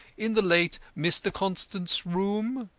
in the late mr. constant's rooms?